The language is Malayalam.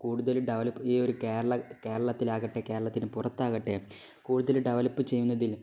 കൂടുതൽ ഡെവലപ്പ് ഈയൊരു കേരളത്തിലാകട്ടെ കേരളത്തിന് പുറത്താകട്ടെ കൂടുതല് ഡെവലപ്പ് ചെയ്യുന്നതിൽ